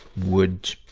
would,